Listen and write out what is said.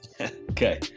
Okay